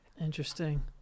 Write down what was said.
Interesting